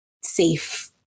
safe